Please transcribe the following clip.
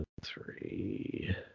three